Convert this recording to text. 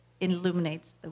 illuminates